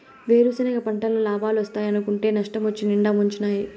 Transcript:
వేరుసెనగ పంటల్ల లాబాలోస్తాయనుకుంటే నష్టమొచ్చి నిండా ముంచినాయి